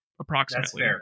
approximately